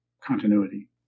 continuity